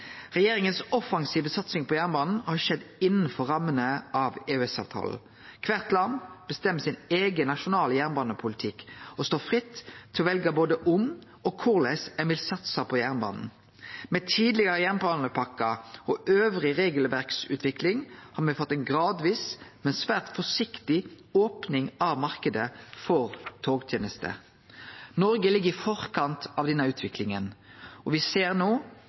Regjeringas offensive satsing på jernbanen har skjedd innanfor rammene av EØS-avtalen. Kvart land bestemmer sin eigen nasjonale jernbanepolitikk og står fritt til å velje både om og korleis ein vil satse på jernbanen. Med tidlegare jernbanepakkar og regelverksutviklinga elles har me fått ei gradvis, men svært forsiktig opning av marknaden for togtenester. Noreg ligg i forkant av denne utviklinga, og me ser no